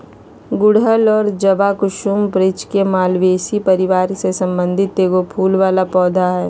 गुड़हल और जवाकुसुम वृक्ष के मालवेसी परिवार से संबंधित एगो फूल वला पौधा हइ